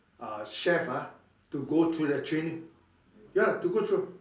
uh chef ah to go through the training ya to go through